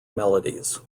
melodies